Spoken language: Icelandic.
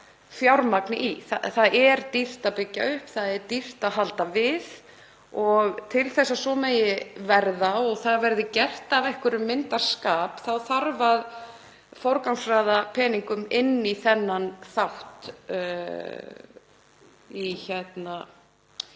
fjármagni. Það er dýrt að byggja upp og dýrt að halda við. Til að svo megi verða og það gert af einhverjum myndarskap þá þarf að forgangsraða peningum í þennan þátt hjá